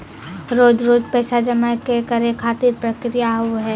रोज रोज पैसा जमा करे खातिर का प्रक्रिया होव हेय?